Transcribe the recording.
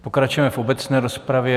Pokračujeme v obecné rozpravě.